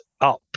up